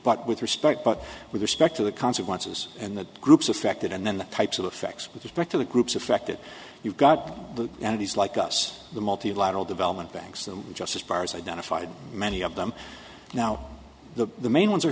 but with respect but with respect to the consequences and the groups affected and then the types of effects with respect to the groups affected you've got the enemies like us the multilateral development banks so just as far as identified many of them now the the main ones are